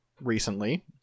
recently